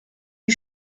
die